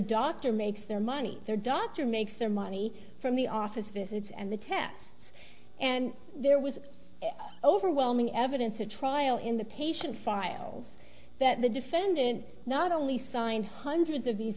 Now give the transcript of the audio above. doctor makes their money their doctor makes their money from the office visits and the test and there was overwhelming evidence at trial in the patient files that the defendant not only signed hundreds of these